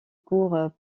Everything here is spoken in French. cours